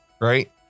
Right